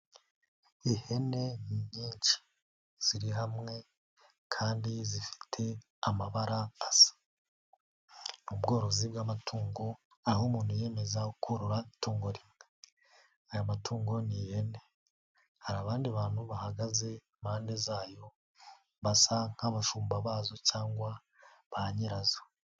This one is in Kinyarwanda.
Ihene nyinshi ziri hamwe kandi zifite amabara asa, ubworozi bw'amatungo aho umuntu yiyemeza korora itungo rimwe. Aya matungo ni ihene, hari abandi bantu bahagaze impande zayo basa nk'abashumba bazo cyangwa ba nyirazo.